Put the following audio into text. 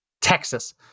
Texas